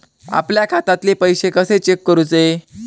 आपल्या खात्यातले पैसे कशे चेक करुचे?